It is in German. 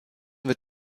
wird